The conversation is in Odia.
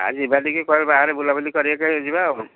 ଆ ଯିବା ଟିକିଏ କୁଆଡ଼େ ବାହାରେ ବୁଲାବୁଲି କରିବାକୁ ଯିବା ଆଉ